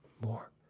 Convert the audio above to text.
more